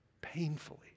painfully